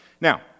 Now